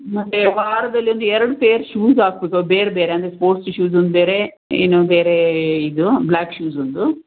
ಮತ್ತೆ ವಾರದಲ್ಲಿ ಒಂದು ಎರಡು ಪೇರ್ ಶೂಸ್ ಹಾಕಬೇಕು ಬೇರೆ ಬೇರೆ ಅಂದರೆ ಸ್ಪೋರ್ಟ್ಸ್ ಶೂಸ್ ಒಂದು ಬೇರೆ ಇನ್ನು ಬೇರೆ ಇದು ಬ್ಲ್ಯಾಕ್ ಶೂಸ್ ಒಂದು